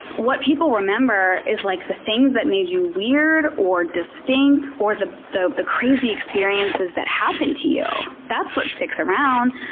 what people remember is like the things that made you weird, or distinct, or the the crazy experiences that happened to you. that's what sticks around